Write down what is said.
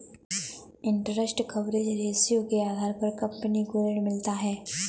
interest coverage ratio के आधार पर कंपनी को ऋण मिलता है